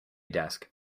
desk